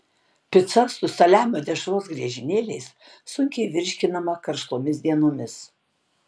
pica su saliamio dešros griežinėliais sunkiai virškinama karštomis dienomis